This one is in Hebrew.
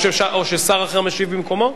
או ששר אחר משיב במקומו,